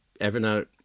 Evernote